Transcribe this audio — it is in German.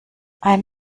ein